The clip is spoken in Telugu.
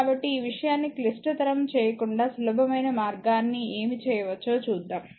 కాబట్టి విషయాన్ని క్లిష్టతరం చేయకుండా సులభమైన మార్గాన్ని ఏమి చేయవచ్చో చూద్దాం